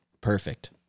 perfect